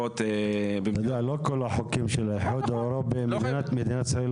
לא את כל החוקים של האיחוד האירופי מדינת ישראל אוהבת.